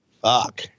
Fuck